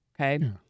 okay